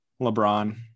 LeBron